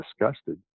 disgusted